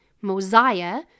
Mosiah